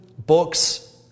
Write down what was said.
Books